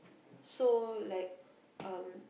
so like um